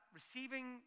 receiving